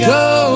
go